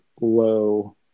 low –